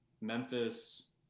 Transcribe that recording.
Memphis